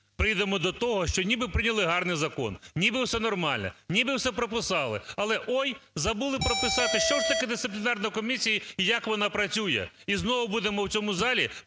прийдемо до того, що ніби прийняли гарний закон, ніби все нормально, ніби все прописали, але, ой, забули прописати, що ж таке дисциплінарна комісія і як вона працює. І знову будемо в цьому залі